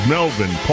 Melvin